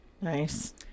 Nice